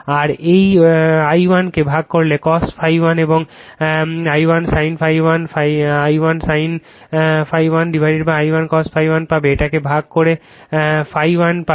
আর এই I1 কে ভাগ করলে cos ∅ 1 এবং I1 sin ∅ 1 I1 sin ∅ 1 I1 cos ∅ 1 পাবে এটাকে ভাগ করে ∅ 1 পাবে